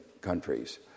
countries